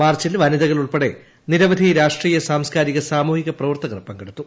മാർച്ചിൽ വനിതകൾ ഉൾപ്പെടെ നിരവധി രാഷ്ട്രീയ സാംസ്കാരിക സാമൂഹിക പ്രവർത്തകർ പങ്കെടുത്തു